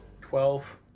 Twelve